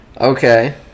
Okay